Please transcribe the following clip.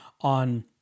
on